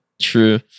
True